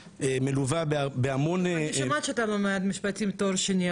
שמלווה בהמון --- אבל אני שומעת שאתה לומד משפטים תואר שני,